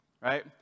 right